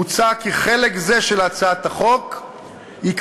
מוצע כי חלק זה של הצעת החוק ייכנס